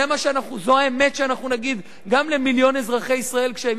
זו האמת שאנחנו נגיד גם למיליון אזרחי ישראל כשהם